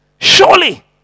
Surely